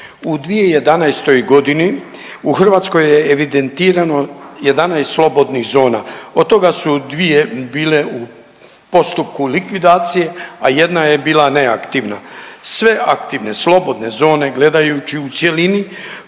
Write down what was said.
U 2011. g. u Hrvatskoj je evidentirano 11 slobodnih zona. Od toga su dvije bile u postupku likvidacije, a jedna je bila neaktivna. Sve aktivne slobodne zone, gledajući u cjelini